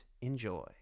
enjoy